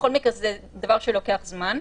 זה דבר שלוקח זמן.